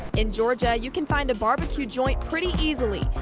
in georgia you can fine a barbecue joint pretty easily.